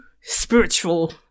spiritual